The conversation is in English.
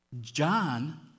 John